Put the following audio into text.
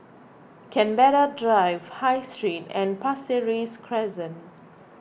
Canberra Drive High Street and Pasir Ris Crescent